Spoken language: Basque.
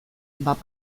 bat